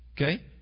Okay